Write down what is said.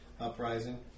uprising